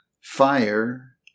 fire